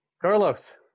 Carlos